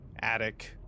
attic